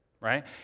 right